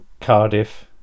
cardiff